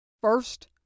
First